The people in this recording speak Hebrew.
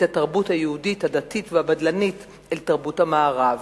התרבות היהודית הדתית והבדלנית אל תרבות המערב.